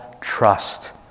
trust